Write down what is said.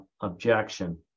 objection